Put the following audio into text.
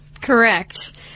Correct